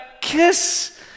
kiss